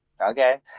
Okay